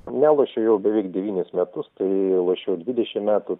nelošiu jau beveik devynis metus taai lošiau dvidešimt metų